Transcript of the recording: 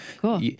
Cool